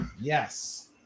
Yes